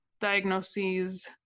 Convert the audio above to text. diagnoses